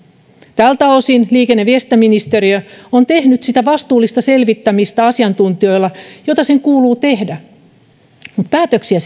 tältä osin liikenne ja viestintäministeriö on tehnyt asiantuntijoiden avulla sitä vastuullista selvittämistä jota sen kuuluu tehdä mutta päätöksiä